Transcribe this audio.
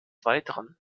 weiteren